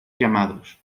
llamados